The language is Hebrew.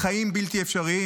חיים בלתי אפשריים.